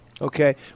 Okay